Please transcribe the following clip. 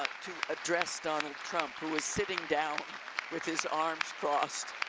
to address donald trump who was sitting down with his arms crossed,